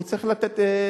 הוא צריך לתת את ההסברים.